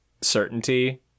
certainty